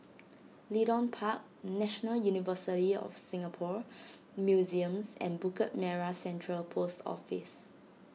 Leedon Park National University of Singapore Museums and Bukit Merah Central Post Office